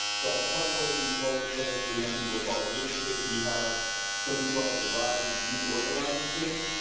so part of the ways we hold space for young people as far as leadership, we have something called the ryse youth organizing team,